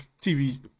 TV